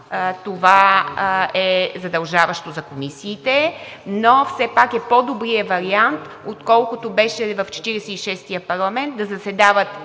това е задължаващо за комисиите, но все пак е по-добрият вариант, отколкото в Четиридесет и шестия парламент – да заседават